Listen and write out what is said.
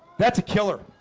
that's a killer